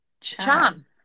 Chan